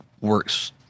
works